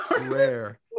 rare